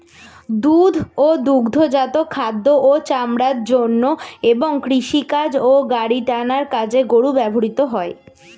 দুধ ও দুগ্ধজাত খাদ্য ও চামড়ার জন্য এবং কৃষিকাজ ও গাড়ি টানার কাজে গরু ব্যবহৃত হয়